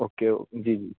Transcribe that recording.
okay جی جی